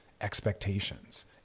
expectations